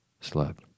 slept